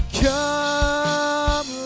come